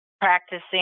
practicing